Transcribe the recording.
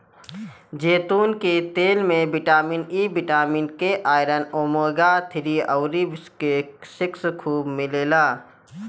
जैतून के तेल में vitamin E, vitamin K, iron, omega three अउरी सिक्स खूब मिलेला